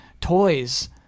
toys